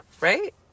right